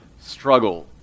struggle